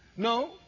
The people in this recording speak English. No